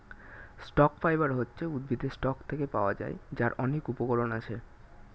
stock fibre হচ্ছে উদ্ভিদের stock থেকে পাওয়া যায়, যার অনেক উপকরণ আছে